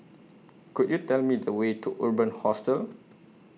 Could YOU Tell Me The Way to Urban Hostel